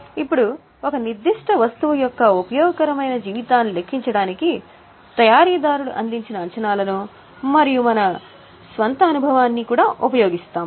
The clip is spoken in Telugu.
ఇప్పుడు ఒక నిర్దిష్ట వస్తువు యొక్క ఉపయోగకరమైన జీవితాన్ని లెక్కించడానికి తయారీదారులు అందించిన అంచనాలను మరియు మన స్వంత అనుభవాన్ని కూడా ఉపయోగిస్తాము